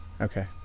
Okay